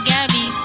Gabby